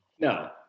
No